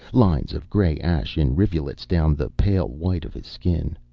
lines of gray ash in riverlets down the pale white of his skin.